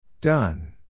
done